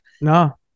no